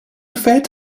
fait